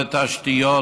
ותשתיות,